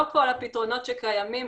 לא כל הפתרונות שקיימים,